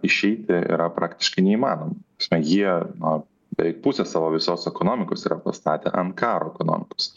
išeiti yra praktiškai neįmanoma ta prasme jie na beveik pusę savo visos ekonomikos yra pastatę ant karo ekonomikos